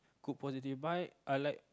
good positive vibe I like